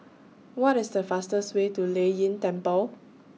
What IS The fastest Way to Lei Yin Temple